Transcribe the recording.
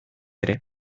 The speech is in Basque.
ere